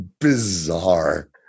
bizarre